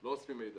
לא אוספים מידע,